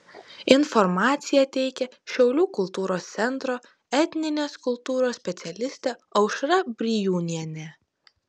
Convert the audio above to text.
informaciją teikia šiaulių kultūros centro etninės kultūros specialistė aušra brijūnienė